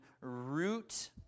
root